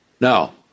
Now